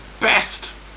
best